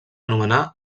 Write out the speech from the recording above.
anomenar